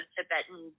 Tibetan